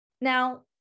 Now